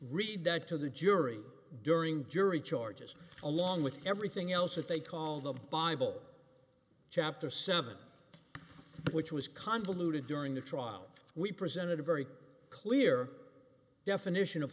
read that to the jury during jury charges along with everything else that they call the bible chapter seven which was convoluted during the trial we presented a very clear definition of